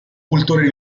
cultore